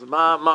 אז מה עשינו?